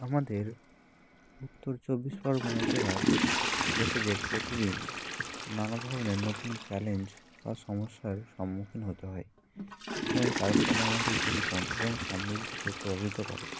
আমাদের উত্তর চব্বিশ পরগনা জেলার লোকেদের প্রতিদিন নানা ধরনের নতুন চ্যালেঞ্জ বা সমস্যার সম্মুখীন হতে হয় এবং তার ফলে আমাদের জীবন এবং সমৃদ্ধিকে প্রভাবিত করে